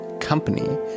company